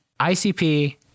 ICP